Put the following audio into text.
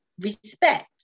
respect